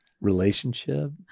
relationship